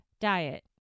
diet